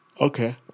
Okay